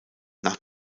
nach